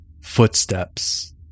Footsteps